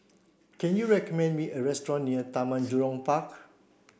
can you recommend me a restaurant near Taman Jurong Park